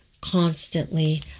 constantly